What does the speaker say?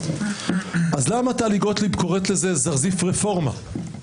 אז למה טלי גוטליב קוראת לזה "זרזיף רפורמה"?